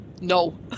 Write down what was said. no